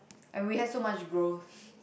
and we had so much growth